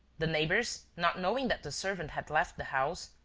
the neighbours, not knowing that the servant had left the house,